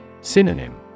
Synonym